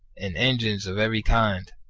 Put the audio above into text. and engines of every kind,